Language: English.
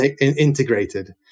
integrated